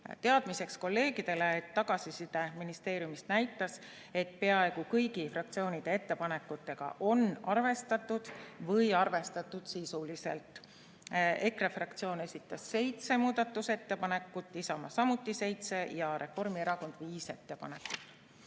Teadmiseks kolleegidele, et tagasiside ministeeriumist näitas, et peaaegu kõigi fraktsioonide ettepanekutega on arvestatud või arvestatud sisuliselt. EKRE fraktsioon esitas seitse muudatusettepanekut, Isamaa samuti seitse ja Reformierakond viis ettepanekut.